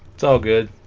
it's all good